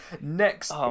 Next